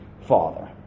father